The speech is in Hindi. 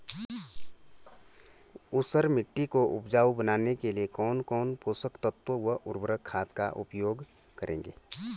ऊसर मिट्टी को उपजाऊ बनाने के लिए कौन कौन पोषक तत्वों व उर्वरक खाद का उपयोग करेंगे?